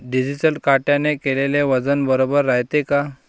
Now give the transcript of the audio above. Digital काट्याने केलेल वजन बरोबर रायते का?